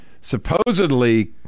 supposedly